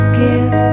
give